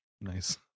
Nice